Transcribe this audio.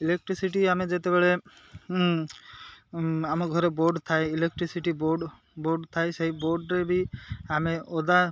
electricity ଆମେ ଯେତେବେଳେ ଆମ ଘରେ ବୋର୍ଡ଼ ଥାଏ ଇଲେକ୍ଟ୍ରିସିଟି ବୋର୍ଡ଼ ବୋର୍ଡ଼ ଥାଏ ସେଇ ବୋର୍ଡ଼ରେ ବି ଆମେ ଓଦା